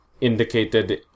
indicated